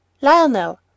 Lionel